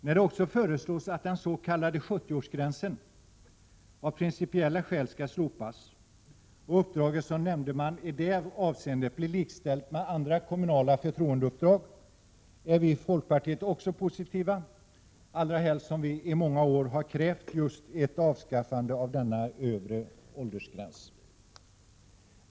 När det också föreslås att den s.k. 70-årsgränsen av principiella skäl skall slopas och uppdraget som nämndeman i det avseendet bli likställt med andra kommunala förtroendeuppdrag, är vi i folkpartiet också positiva, allra helst som vi i många år har krävt just ett avskaffande av denna övre åldersgräns.